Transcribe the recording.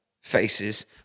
faces